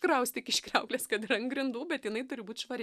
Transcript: kraustyk iš kriauklės kad ir ant grindų bet jinai turi būt švari